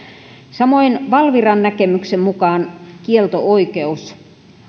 samoin valviran näkemyksen mukaan kielto oikeus oli